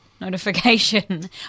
notification